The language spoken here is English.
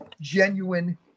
genuine